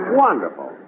wonderful